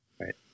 right